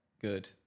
good